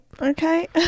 okay